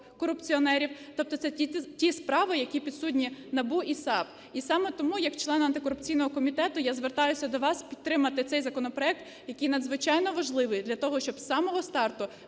топ-корупціонерів, тобто це ті справи, які підсудні НАБУ і САП. І саме тому як член антикорупційного комітету я звертаюся до вас підтримати цей законопроект, який надзвичайно важливий для того, щоб з самого старту